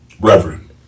Reverend